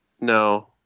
No